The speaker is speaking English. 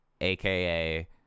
aka